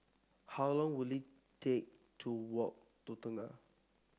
how long will it take to walk to Tengah